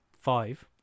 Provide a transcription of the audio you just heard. five